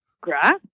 grass